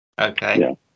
Okay